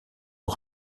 aux